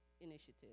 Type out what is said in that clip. initiative